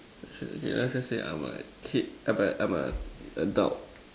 it's okay let's just say I'm a kid but I'm a adult